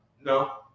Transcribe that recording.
No